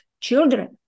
children